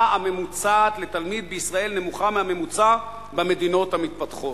הממוצעת לתלמיד בישראל נמוכה מהממוצע במדינות המתפתחות.